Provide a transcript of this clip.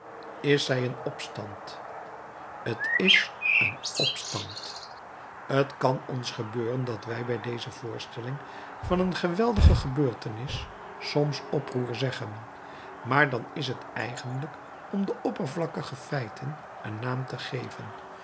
is zij een opstand t is een opstand t kan ons gebeuren dat wij bij deze voorstelling van een geweldige gebeurtenis soms oproer zeggen maar dan is het eeniglijk om de oppervlakkige feiten een naam te geven